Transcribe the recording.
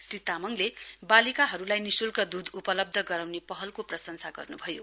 श्री तामङले बालिकाहरूलाई निशुल्क दूध उपलब्ध गराउने पहलको प्रशंसा गर्नुभयो